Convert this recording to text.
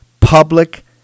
public